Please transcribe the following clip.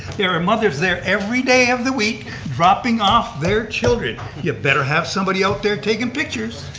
there are mothers there everyday of the week dropping off their children. you better have somebody out there taking pictures.